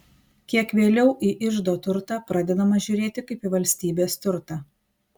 kiek vėliau į iždo turtą pradedama žiūrėti kaip į valstybės turtą